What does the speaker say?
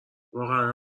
واقعا